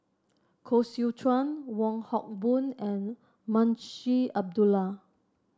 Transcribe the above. Koh Seow Chuan Wong Hock Boon and Munshi Abdullah